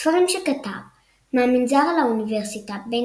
ספרים שכתב מהמנזר אל האוניברסיטה בין